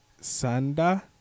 Sanda